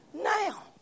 now